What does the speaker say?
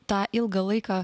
tą ilgą laiką